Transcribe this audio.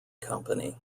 company